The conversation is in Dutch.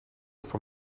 van